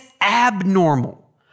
abnormal